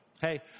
hey